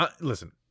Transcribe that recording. listen